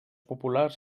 populars